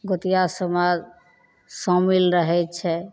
गोतिआ समाज शामिल रहै छै